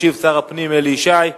ישיב שר הפנים אלי ישי.